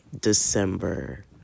December